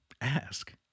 Ask